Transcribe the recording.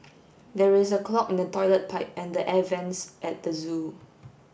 there is a clog in the toilet pipe and the air vents at the zoo